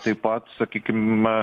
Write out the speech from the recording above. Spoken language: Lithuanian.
taip pat sakykim